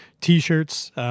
t-shirts